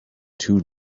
two